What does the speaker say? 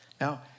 Now